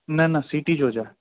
न न सिटी जो हुजे